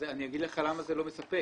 אגיד לך למה זה לא מספק,